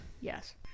Yes